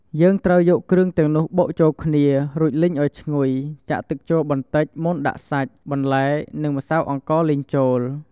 យើងត្រូវយកគ្រឿងទាំងនោះបុកចូលគ្នា រួចលីងឱ្យឈ្ងុយ ចាក់ទឹកចូលបន្តិចមុននឹងដាក់សាច់ បន្លែ និងម្សៅអង្ករលីងចូល។